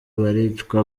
baricwa